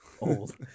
old